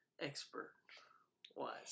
expert-wise